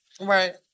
Right